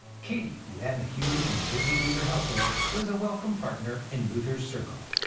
katie, who ran the huge and busy luther household, was a welcome partner in luther's circle.